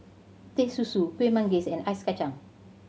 Teh Susu Kuih Manggis and Ice Kachang